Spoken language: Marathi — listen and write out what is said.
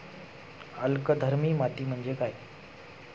अल्कधर्मी माती म्हणजे काय?